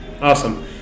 awesome